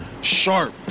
Sharp